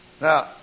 Now